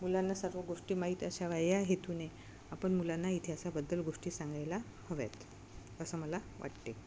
मुलांना सर्व गोष्टी माहीत असाव्या या हेतूने आपण मुलांना इतिहासाबद्दल गोष्टी सांगायला हव्यात असं मला वाटते